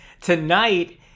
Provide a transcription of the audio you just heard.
tonight